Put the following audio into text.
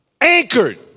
Anchored